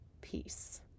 peace